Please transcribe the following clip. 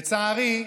לצערי,